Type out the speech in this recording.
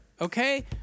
okay